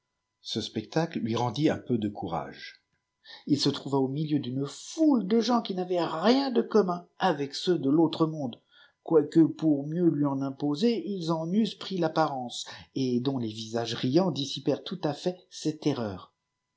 ce spectacle lui rendit un peu de courage il se trouva au milieu d'une foule de gens qui n'avaient rien de commun avec ceux de l'autre monde quoique pour mieux lui en imposer ils en eussent pris l'apparence et dont les visages riants dissipèrent tout à fait ses terreurs